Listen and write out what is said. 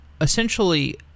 essentially